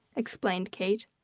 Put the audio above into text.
explained kate.